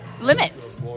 limits